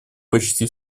почти